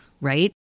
right